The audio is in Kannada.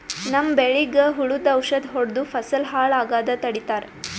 ನಮ್ಮ್ ಬೆಳಿಗ್ ಹುಳುದ್ ಔಷಧ್ ಹೊಡ್ದು ಫಸಲ್ ಹಾಳ್ ಆಗಾದ್ ತಡಿತಾರ್